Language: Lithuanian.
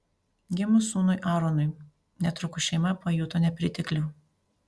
gimus sūnui aaronui netrukus šeima pajuto nepriteklių